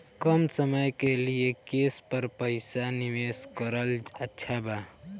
कम समय के लिए केस पर पईसा निवेश करल अच्छा बा?